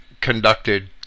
conducted